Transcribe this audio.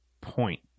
point